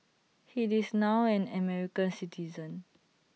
he this now an American citizen